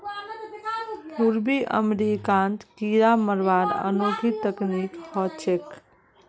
पूर्वी अमेरिकात कीरा मरवार अनोखी तकनीक ह छेक